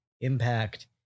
impact